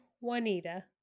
Juanita